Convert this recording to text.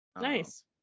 Nice